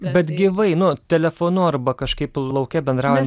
bet gyvai nu telefonu arba kažkaip lauke bendrauja